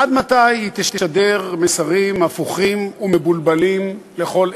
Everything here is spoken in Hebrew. עד מתי היא תשדר מסרים הפוכים ומבולבלים לכל עבר?